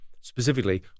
specifically